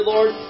Lord